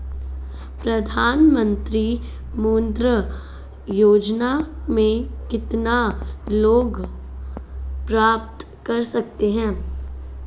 प्रधानमंत्री मुद्रा योजना में कितना लोंन प्राप्त कर सकते हैं?